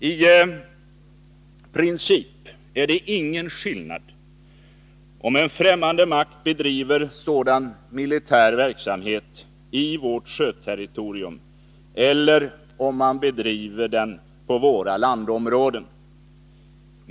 I princip är det ingen skillnad om en främmande makt bedriver sådan militär verksamhet i vårt sjöterritorium eller om man bedriver den på våra landområden.